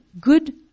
good